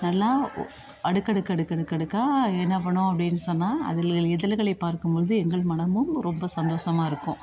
நல்லா அடுக்கடுக்கடுக்கடுக்கடுக்காக என்ன பண்ணுவோம் அப்படின்னு சொன்னால் அதில் இதழ்களை பார்க்கும்பொழுது எங்கள் மனமும் ரொம்ப சந்தோஷமா இருக்கும்